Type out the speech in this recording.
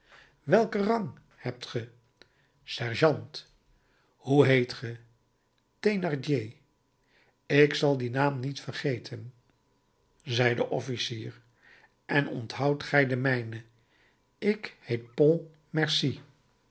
welken rang hebt ge sergeant hoe heet ge thénardier ik zal dien naam niet vergeten zei de officier en onthoud gij den mijnen ik heet